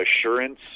assurance